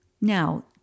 Now